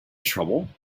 trouble